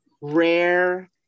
rare